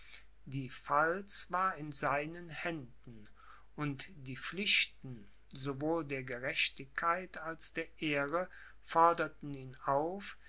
die pfalz war in seinen händen und die pflichten sowohl der gerechtigkeit als der ehre forderten ihn auf